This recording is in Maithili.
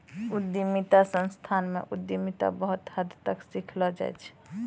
उद्यमिता संस्थान म उद्यमिता बहुत हद तक सिखैलो जाय छै